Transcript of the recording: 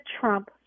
Trump